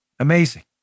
Amazing